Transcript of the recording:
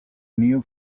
new